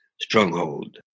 stronghold